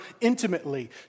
intimately